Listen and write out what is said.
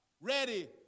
ready